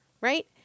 right